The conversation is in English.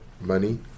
money